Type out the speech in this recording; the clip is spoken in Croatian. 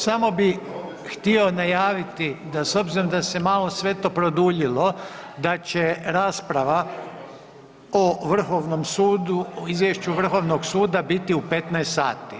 Samo bi htio najaviti, da s obzirom da se malo sve to produljilo, da će rasprava o Vrhovom sudu, Izvješću Vrhovnog suda biti u 15 sati.